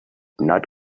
not